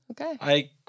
Okay